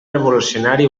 revolucionari